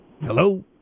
Hello